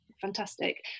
fantastic